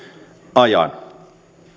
ajan